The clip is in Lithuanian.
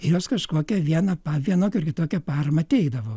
jos kažkokią vieną pa vienokią ar kitokią paramą teikdavo